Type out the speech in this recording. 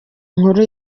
nkuru